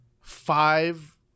five